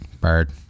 Bird